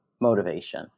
motivation